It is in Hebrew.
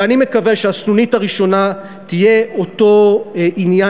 ואני מקווה שהסנונית הראשונה תהיה אותו עניין